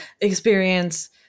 experience